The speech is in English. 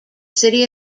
city